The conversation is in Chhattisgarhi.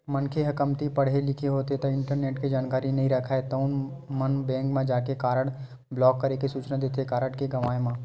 मनखे ह कमती पड़हे लिखे होथे ता इंटरनेट के जानकारी नइ राखय तउन मन बेंक म जाके कारड ब्लॉक करे के सूचना देथे कारड के गवाय म